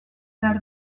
behar